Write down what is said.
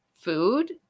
food